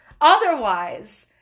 otherwise